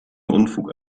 unfug